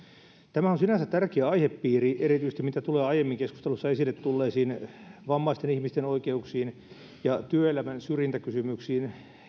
tämä on sinänsä tärkeä aihepiiri erityisesti mitä tulee aiemmin keskustelussa esille tulleisiin vammaisten ihmisten oikeuksiin ja työelämän syrjintäkysymyksiin